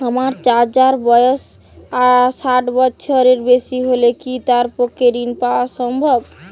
আমার চাচার বয়স ষাট বছরের বেশি হলে কি তার পক্ষে ঋণ পাওয়া সম্ভব হবে?